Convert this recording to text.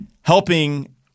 helping